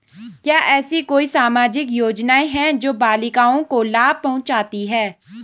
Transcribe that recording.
क्या ऐसी कोई सामाजिक योजनाएँ हैं जो बालिकाओं को लाभ पहुँचाती हैं?